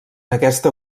aquesta